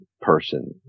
person